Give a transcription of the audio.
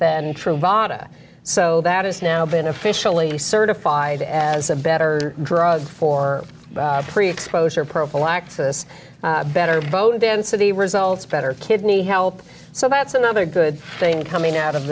than truvada so that it's now been officially certified as a better drug for pre exposure prophylaxis better bone density results better kidney help so that's another good thing coming out of